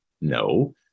No